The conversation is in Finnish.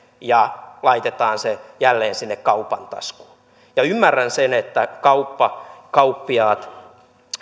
ja laitetaan se jälleen sinne kaupan taskuun ymmärrän sen että kauppa kauppiaat